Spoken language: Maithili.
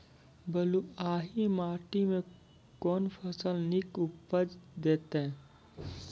बलूआही माटि मे कून फसल नीक उपज देतै?